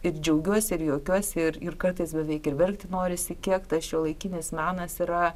ir džiaugiuosi ir juokiuosi ir ir kartais beveik ir verkti norisi kiek tas šiuolaikinis menas yra